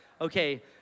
Okay